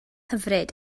hyfryd